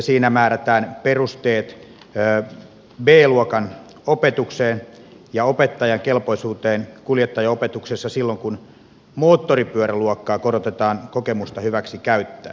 siinä määrätään perusteet b luokan opetukseen ja opettajan kelpoisuuteen kuljettajaopetuksessa silloin kun moottoripyöräluokkaa korotetaan kokemusta hyväksi käyttäen